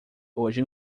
hoje